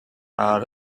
are